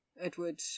Edward